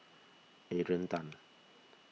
Adrian Tan